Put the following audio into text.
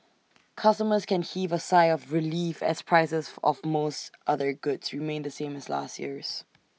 customers can heave A sigh of relief as prices for of most other goods remain the same as last year's